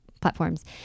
platforms